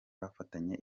bafatanye